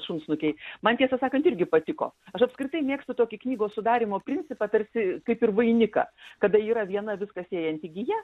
šunsnukiai man tiesą sakant irgi patiko aš apskritai mėgstu tokį knygos sudarymo principą tarsi kaip ir vainiką kada yra viena viską siejanti gija